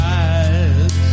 eyes